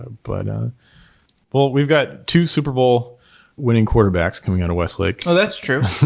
ah but um well, we've got two super bowl winning quarterbacks coming out of west lake oh, that's true.